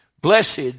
Blessed